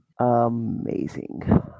amazing